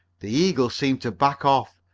the eagle seemed to back off,